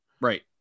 Right